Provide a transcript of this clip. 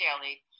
daily